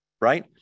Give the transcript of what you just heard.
right